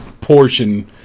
portion